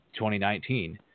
2019